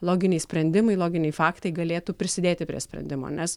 loginiai sprendimai loginiai faktai galėtų prisidėti prie sprendimo nes